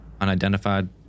unidentified